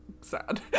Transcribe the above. sad